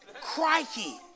crikey